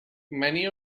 many